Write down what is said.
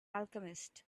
alchemist